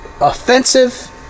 offensive